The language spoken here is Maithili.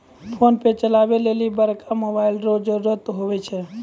फोनपे चलबै लेली बड़का मोबाइल रो जरुरत हुवै छै